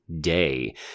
day